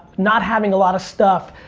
not having a lot of stuff.